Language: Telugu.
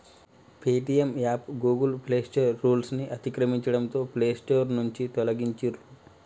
పేటీఎం యాప్ గూగుల్ ప్లేస్టోర్ రూల్స్ను అతిక్రమించడంతో ప్లేస్టోర్ నుంచి తొలగించిర్రు